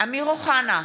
אמיר אוחנה,